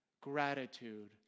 gratitude